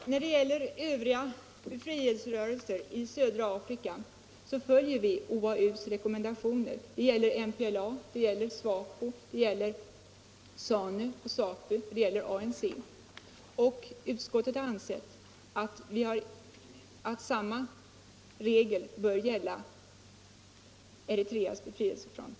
Herr talman! När det gäller övriga befrielserörelser i södra Afrika följer vi OAU:s rekommendationer. Det gäller MPLA, SWAPO, ZANU, ZAPU och ANC. Utskottet har ansett att samma regel bör gälla Eritreas befrielsefront.